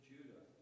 Judah